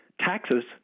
Taxes